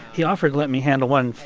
he offered let me handle one.